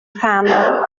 rhan